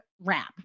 wrap